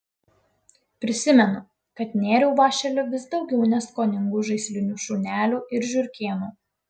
prisimenu kad nėriau vąšeliu vis daugiau neskoningų žaislinių šunelių ir žiurkėnų